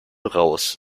raus